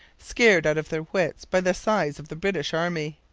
scared out of their wits by the size of the british army.